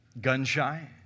gun-shy